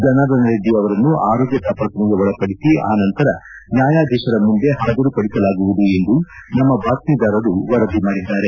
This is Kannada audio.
ಜನಾರ್ದನ ರೆಡ್ಡಿ ಅವರನ್ನು ಆರೋಗ್ಯ ತಾಪಸಣೆಗೆ ಒಳಪಡಿಸಿ ಆ ನಂತರ ನ್ನಾಯಾಧೀಶರ ಮುಂದೆ ಹಾಜರು ಪಡಿಸಲಾಗುವುದು ಎಂದು ನಮ್ನ ಬಾತ್ತೀದಾರರು ವರದಿ ಮಾಡಿದ್ದಾರೆ